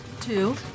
Two